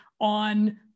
on